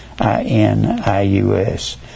I-N-I-U-S